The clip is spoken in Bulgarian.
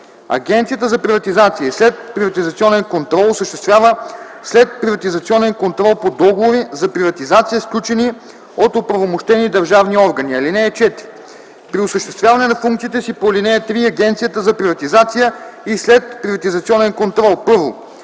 Агенцията за приватизация и следприватизационен контрол осъществява следприватизационен контрол по договори за приватизация, сключени от оправомощени държавни органи. (4) При осъществяване на функциите си по ал. 3 Агенцията за приватизация и следприватизационен контрол: 1.